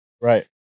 Right